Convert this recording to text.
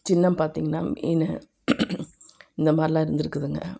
சின்னம் பார்த்திங்னா மீன் இந்த மாதிரிலாம் இருந்துருக்குதுங்க